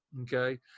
okay